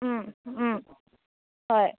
হয়